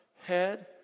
Head